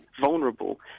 vulnerable